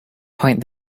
point